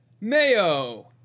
mayo